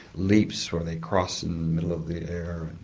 leaps where they cross in the middle of the air,